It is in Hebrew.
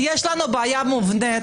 אנחנו כולנו